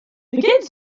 pegeit